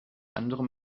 andere